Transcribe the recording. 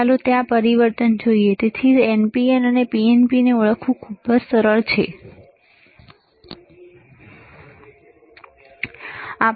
ચાલો જોઈએ ત્યાં પરિવર્તન છેતેથી તે NPN છે કે PNP છે તે ઓળખવું સરળ છે બરાબર